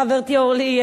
חברתי אורלי,